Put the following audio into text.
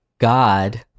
God